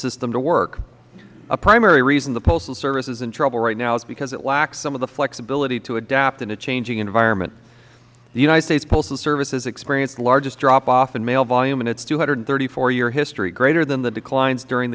system to work a primary reason the postal service is in trouble right now is because it lacks some of the flexibility to adapt in a changing environment the u s postal service has experienced the largest drop off in mail volume in its two hundred and thirty four year history greater than the declines during